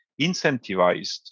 incentivized